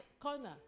corner